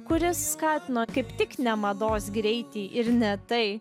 kuris skatino kaip tik ne mados greitį ir ne tai